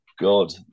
god